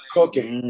Cooking